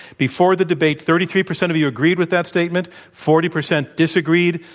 before the debate, thirty three percent of you agreed with that statement, forty percent disagreed,